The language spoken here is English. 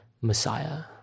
Messiah